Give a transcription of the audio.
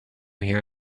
here